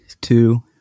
two